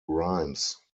rheims